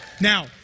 Now